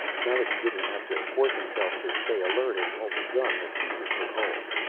now that he didn't have to force himself to stay alert and hold the gun, the fever took hold.